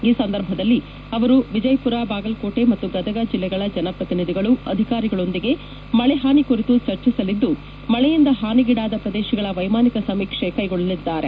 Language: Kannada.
ಈ ಸಂದರ್ಭದಲ್ಲಿ ಅವರು ವಿಜಯಪುರ ಬಾಗಲಕೋಟೆ ಮತ್ತು ಗದಗ ಜಿಲ್ಲೆಗಳ ಜನಪ್ರತಿನಿಧಿಗಳು ಅಧಿಕಾರಿಗಳೊಂದಿಗೆ ಮಳೆಹಾನಿ ಕುರಿತು ಚರ್ಚಿಸಲಿದ್ದು ಮಳೆಯಿಂದ ಹಾನಿಗೀಡಾದ ಪ್ರದೇಶಗಳ ವೈಮಾನಿಕ ಸಮೀಕ್ಷೆ ಕೈಗೊಳ್ಳಲಿದ್ದಾರೆ